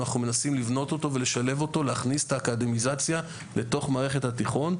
מנסים לבנות ולשלב אותו: להכניס את האקדמיזציה לתוך מערכת התיכון,